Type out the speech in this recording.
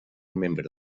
membre